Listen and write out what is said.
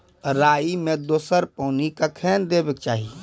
राई मे दोसर पानी कखेन देबा के चाहि?